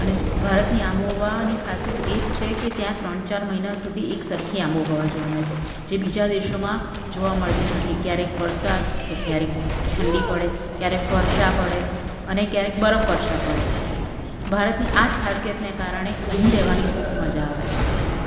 અને ભારતની આબોહવાની ખાસિયત એ જ છે કે ત્યાં ત્રણ ચાર મહિના સુધી એક સરખી આબોહવા જોવા મળે છે જે બીજા દેશોમાં જોવા મળતી નથી ક્યારેક વરસાદ તો ક્યારેક ઠંડી પડે ક્યારેક વર્ષા પડે અને ક્યારેક બરફવર્ષા પડે ભારતની આ જ ખાસિયતને કારણે અહીં રહેવાની ખૂબ મજા આવે છે